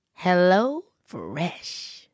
HelloFresh